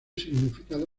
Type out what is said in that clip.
significado